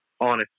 honest